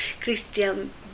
Christian